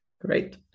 great